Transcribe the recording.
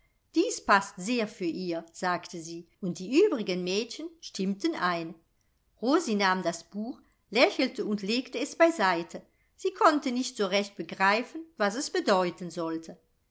dies paßt sehr für ihr sagte sie und die übrigen mädchen stimmten ein rosi nahm das buch lächelte und legte es beiseite sie konnte nicht so recht begreifen was es bedeuten sollte